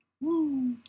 Woo